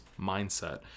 mindset